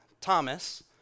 Thomas